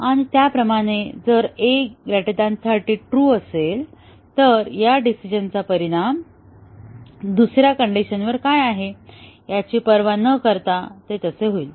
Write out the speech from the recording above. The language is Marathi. आणि त्याचप्रमाणे जर a 30 ट्रू असेल तर या डिसिजनचा परिणाम दुसऱ्या कंडिशनवर काय आहे याची पर्वा न करतातसे होईल